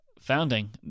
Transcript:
Founding